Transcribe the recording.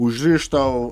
užriš tau